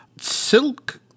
silk